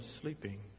sleeping